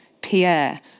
Pierre